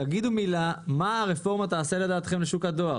תגידו מילה על מה הרפורמה תעשה לדעתכם לשוק הדואר.